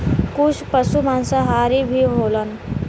कुछ पसु मांसाहारी भी होलन